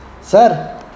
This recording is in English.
sir